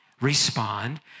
respond